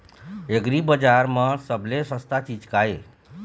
एग्रीबजार म सबले सस्ता चीज का ये?